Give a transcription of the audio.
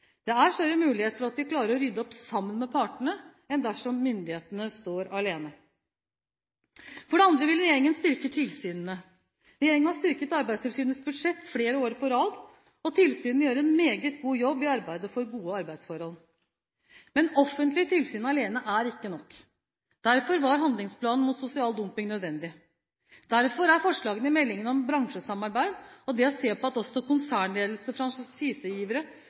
Det er større mulighet for at vi klarer å rydde opp sammen med partene, enn dersom myndighetene står alene. For det andre vil regjeringen styrke tilsynene. Regjeringen har styrket Arbeidstilsynets budsjett flere år på rad, og tilsynene gjør en meget god jobb i arbeidet for gode arbeidsforhold. Men offentlige tilsyn alene er ikke nok – derfor var handlingsplanen mot sosial dumping nødvendig. Derfor er forslagene i meldingen om bransjesamarbeid og det å se på at også konsernledelse